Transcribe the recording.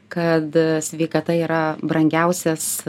kad sveikata yra brangiausias